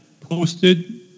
posted